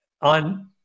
on